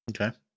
Okay